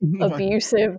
abusive